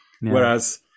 whereas